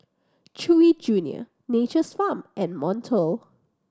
Chewy Junior Nature's Farm and Monto